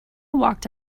walked